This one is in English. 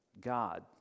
God